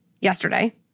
yesterday